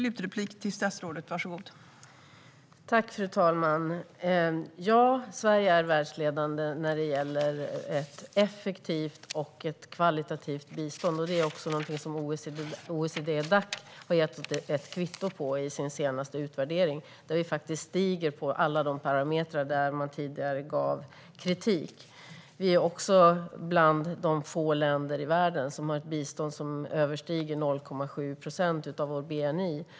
Fru ålderspresident! Att Sverige är världsledande när det gäller ett effektivt och kvalitativt bistånd gav OECD-Dac oss ett kvitto på i sin senaste utvärdering. Här har vi stigit i alla de parametrar där man tidigare gav kritik. Vi är också ett av få länder i världen som har ett bistånd som överstiger 0,7 procent av vår bni.